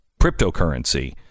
cryptocurrency